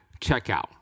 checkout